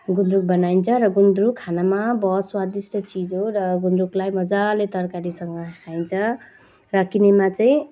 गुन्द्रुक बनाइन्छ र गुन्द्रुक खानामा बहुत स्वादिष्ट चिज हो र गुन्द्रुकलाई मजाले तरकारीसँग खाइन्छ र किनेमा चाहिँ